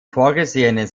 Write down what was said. vorgesehenen